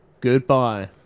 Goodbye